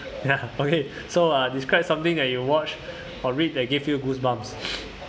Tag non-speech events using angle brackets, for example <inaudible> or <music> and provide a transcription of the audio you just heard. ya <laughs> okay so uh describe something that you watch or read that give you goosebumps